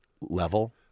level